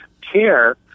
care